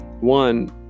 One